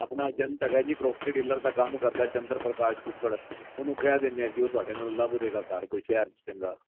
ਆਪਣਾ ਏਜੰਟ ਹੈਗਾ ਜੀ ਪ੍ਰੋਪਰਟੀ ਡੀਲਰ ਦਾ ਕੰਮ ਕਰਦਾ ਚੰਦਰ ਪ੍ਰਕਾਸ਼ ਕੁਕੜ ਉਹਨੂੰ ਕਹਿ ਦਿੰਦੇ ਹਾਂ ਜੀ ਉਹ ਤੁਹਾਡੇ ਨਾਲ ਲੱਭ ਦੇਵੇਗਾ ਘਰ ਕੋਈ ਸ਼ਹਿਰ 'ਚ ਚੰਗਾ